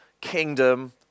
kingdom